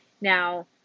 Now